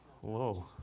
Whoa